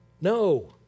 No